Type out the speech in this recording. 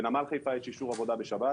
בנמל חיפה יש אישור עבודה בשבת,